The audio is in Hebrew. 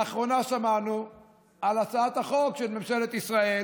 לאחרונה שמענו על הצעת החוק של ממשלת ישראל